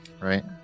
right